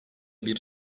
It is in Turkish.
bir